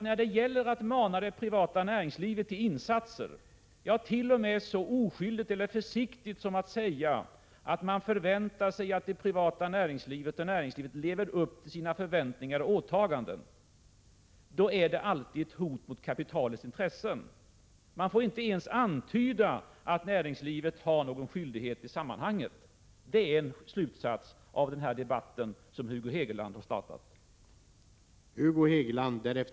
När man manar det privata näringslivet till insatser, t.o.m. när det sker så försiktigt som när man säger att man förväntar sig att näringslivet skall leva upp till sina åtaganden, är det alltid ett hot mot kapitalets intressen. Man får inte ens antyda att näringslivet har några skyldigheter i sammanhanget. Det är en slutsats av den här debatten, som Hugo Hegeland har startat.